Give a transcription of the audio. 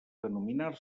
denominar